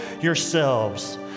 yourselves